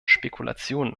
spekulationen